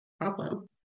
problem